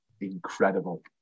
Incredible